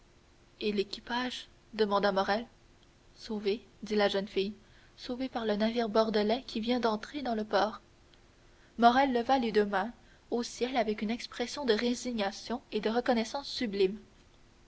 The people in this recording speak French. et l'équipage demanda morrel sauvé dit la jeune fille sauvé par le navire bordelais qui vient d'entrer dans le port morrel leva les deux mains au ciel avec une expression de résignation et de reconnaissance sublime